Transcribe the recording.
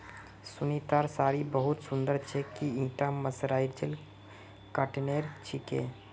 सुनीतार साड़ी बहुत सुंदर छेक, की ईटा मर्सराइज्ड कॉटनेर छिके